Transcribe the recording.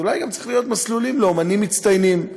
אז אולי צריך גם מסלולים לאמנים מצטיינים.